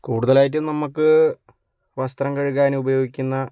കൂടുതലായിട്ടും നമുക്ക് വസ്ത്രം കഴുകാന് ഉപയോഗിക്കുന്ന